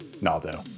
Naldo